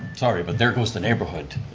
sorry, but there goes the neighborhood.